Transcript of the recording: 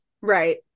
Right